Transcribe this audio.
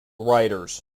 writers